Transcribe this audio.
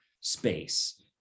space